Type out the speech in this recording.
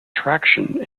traction